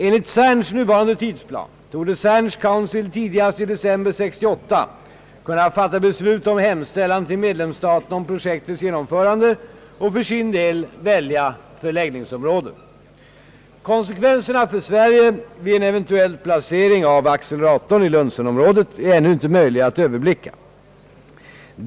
Enligt CERN:s nuvarande tidsplan torde CERN:s Council tidigast i december 1968 kunna fatta beslut om hemställan till medlemsstaterna om projektets genomförande och för sin del välja förläggningsområde. Konsekvenserna för Sverige vid en eventuell placering av acceleratorn i Lunsenområdet är ännu inte möjliga att överblicka.